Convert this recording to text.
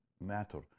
matter